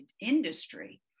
industry